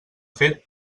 fet